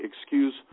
Excuse